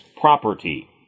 property